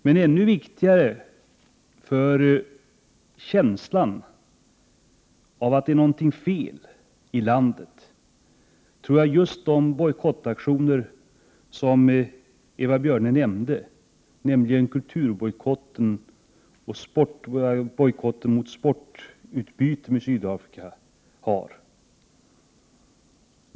Men ännu viktigare för känslan av att någonting är fel i landet tror jag att just de bojkottaktioner har som Eva Björne nämnde, nämligen kulturbojkotten och bojkotten mot sportutbyte med Sydafrika.